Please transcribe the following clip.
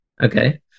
Okay